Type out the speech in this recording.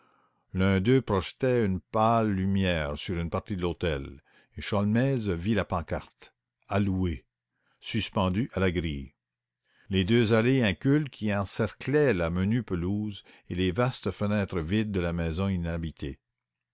l'un d'eux projetait une pâle lumière sur une partie de l'hôtel et sholmès vit la pancarte à louer suspendue à la grille les deux allées incultes qui encerclaient la menue pelouse et les vastes fenêtres vides de la maison inhabitée